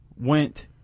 went